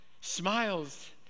smiles